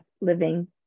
living